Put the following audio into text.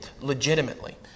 legitimately